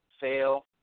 fail